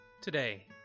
Today